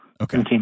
Okay